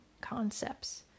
concepts